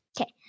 Okay